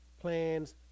plans